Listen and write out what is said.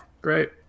Great